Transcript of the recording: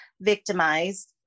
victimized